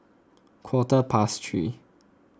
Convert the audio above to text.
quarter past three